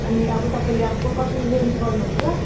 अनि अब तपाईँले अब कुन कति रेन्ज गर्नु हुन्छ